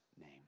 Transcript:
name